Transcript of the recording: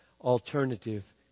alternative